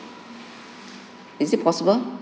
is it possible